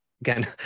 again